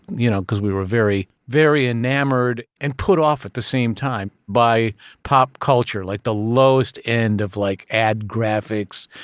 you know, because we were very, very enamored and put off at the same time by pop culture. like, the lowest end of like, ad graphics,